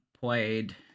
played